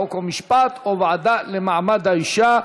חוק ומשפט או לוועדה למעמד האישה.